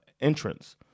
entrance